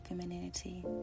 femininity